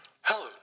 Hello